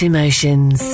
Emotions